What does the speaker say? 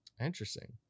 Interesting